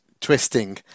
twisting